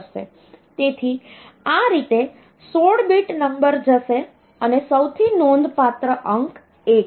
તેથી આ રીતે 16 બીટ નંબર જશે અને સૌથી નોંધપાત્ર અંક 1 છે